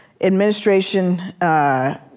administration